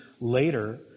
later